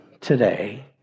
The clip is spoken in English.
today